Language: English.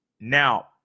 now